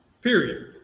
period